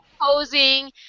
posing